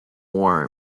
war